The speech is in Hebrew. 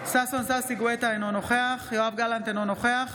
ששון ששי גואטה, אינו נוכח יואב גלנט, אינו נוכח